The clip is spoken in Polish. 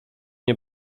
nie